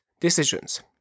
decisions